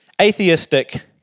atheistic